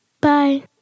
Bye